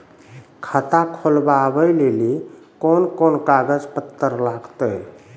खाता खोलबाबय लेली कोंन कोंन कागज पत्तर लगतै?